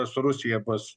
su rusija bus